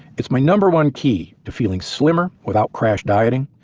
it's my number one key to feeling slimmer without crash dieting,